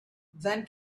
then